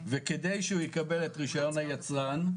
וכדי שהוא יקבל את רישיון היצרן,